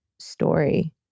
Story